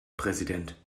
präsident